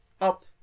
up